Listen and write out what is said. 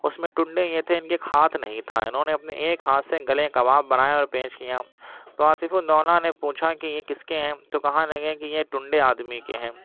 اس میں ٹنڈے یہ تھے ان کے ایک ہاتھ نہیں تھا انہوں نے اپنے ایک ہاتھ سے گلے کباب بنائے اور پیش کیا تو آصف الدولہ نے پوچھا کہ یہ کس کے ہیں تو کہا لگے کہ یہ ٹنڈے آدمی کے ہیں